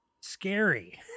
scary